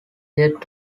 yet